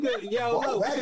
Yo